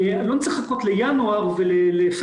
לא נצטרך לחכות לינואר ולפברואר,